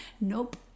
nope